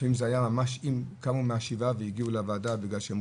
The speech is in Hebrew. לפעמים זה היה ממש כשקמו מהשבעה והגיעו לוועדה בגלל שהם